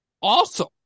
Awesome